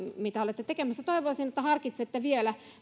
mitä olette tekemässä toivoisin että harkitsette vielä